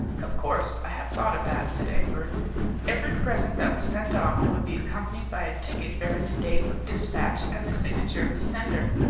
of course, i have thought of that, said egbert every present that was sent off would be accompanied by a ticket bearing the date of dispatch and the signature of the sender,